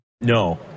No